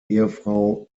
ehefrau